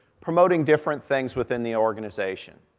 promoting different things within the organization.